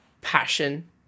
passion